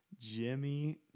Jimmy